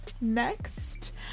next